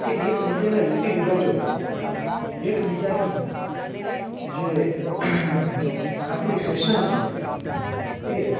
કે એકબીજાના રીતિ રિવાજો એકબીજાની જે આગવી ફેશન છે એ